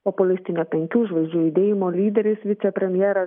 populistinio penkių žvaigždžių judėjimo lyderis vicepremjeras